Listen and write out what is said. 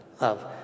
love